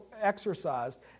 exercised